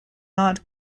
not